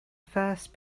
first